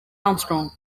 armstrong